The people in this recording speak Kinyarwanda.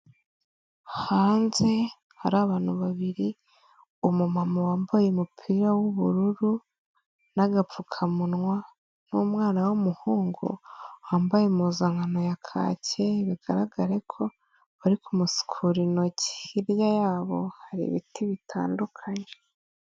Hanze hari abantu babiri, umumama wambaye umupira w'ubururu n'agapfukamunwa n'umwana w'umuhungu wambaye impuzankano ya kacye, bigaragare ko bari kumusukura intoki, hirya yabo hari ibiti bitandukanye.